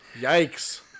Yikes